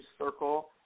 circle